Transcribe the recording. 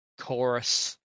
Chorus